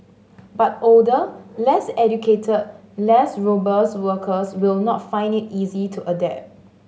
but older less educated less robust workers will not find it easy to adapt